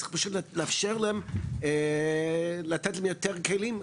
צריך פשוט לאפשר להם ולתת להם יותר כלים.